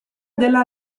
della